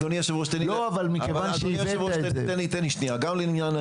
אדוני היושב-ראש, תן לי שנייה להשלים.